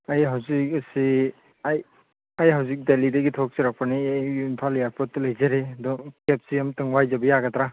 ꯑꯩ ꯍꯧꯖꯤꯛ ꯑꯁꯤ ꯑꯩ ꯑꯩ ꯍꯧꯖꯤꯛ ꯗꯦꯜꯂꯤꯗꯒꯤ ꯊꯣꯛꯆꯔꯛꯄꯅꯤ ꯑꯩ ꯏꯝꯐꯥꯜ ꯏꯌꯥꯔꯄꯣꯔꯠꯇ ꯂꯩꯖꯔꯤ ꯑꯗꯣ ꯀꯦꯕꯁꯤ ꯑꯃꯇꯪ ꯋꯥꯏꯖꯕ ꯌꯥꯒꯗ꯭ꯔꯥ